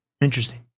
Interesting